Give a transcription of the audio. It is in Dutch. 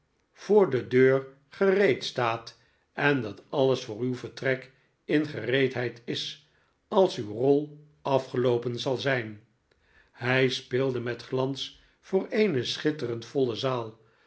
voor de deur gereedstaat en dat alles voor uw vertrek in gereedheid is als uw rol afgeloopen zal zijn hij speelde met glans voor eene schitterend voile zaal